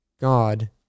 God